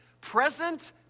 present